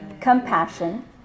compassion